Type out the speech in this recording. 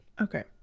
Okay